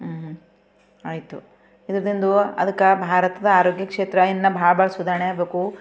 ಆಯ್ತು ಇದರಿಂದ ಅದಕ್ಕೆ ಭಾರತದ ಆರೋಗ್ಯ ಕ್ಷೇತ್ರ ಇನ್ನು ಭಾಳ ಭಾಳ ಸುಧಾರಣೆ ಆಗಬೇಕು